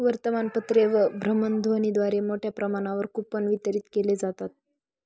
वर्तमानपत्रे व भ्रमणध्वनीद्वारे मोठ्या प्रमाणावर कूपन वितरित केले जातात